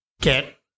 get